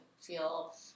feel